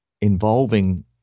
involving